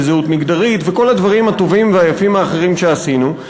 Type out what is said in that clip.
ועל כל הדברים הטובים והיפים האחרים שעשינו,